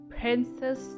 Princess